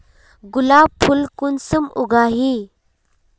गुलाब फुल कुंसम उगाही?